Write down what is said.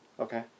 Okay